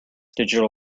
digital